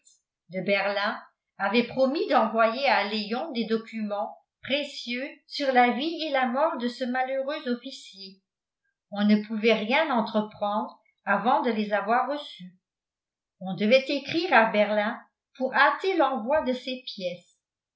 de berlin avait promis d'envoyer à léon des documents précieux sur la vie et la mort de ce malheureux officier on ne pouvait rien entreprendre avant de les avoir reçus on devait écrire à berlin pour hâter l'envoi de ces pièces